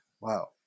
Wow